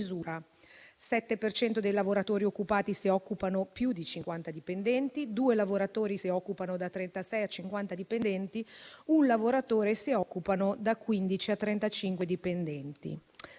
dei lavoratori occupati, se occupano più di 50 dipendenti; due lavoratori, se occupano da 36 a 50 dipendenti; un lavoratore, se occupano da 15 a 35 dipendenti.